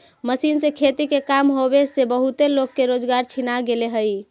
machine से खेती के काम होवे से बहुते लोग के रोजगार छिना गेले हई